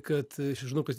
kad žinau kad